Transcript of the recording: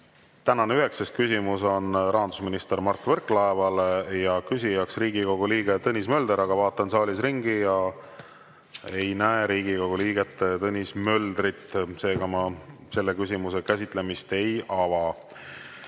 üheksas küsimus on rahandusminister Mart Võrklaevale ja küsija on Riigikogu liige Tõnis Mölder. Aga vaatan saalis ringi ja ei näe Riigikogu liiget Tõnis Möldrit. Seega ma selle küsimuse käsitlemist ei